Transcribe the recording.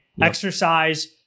Exercise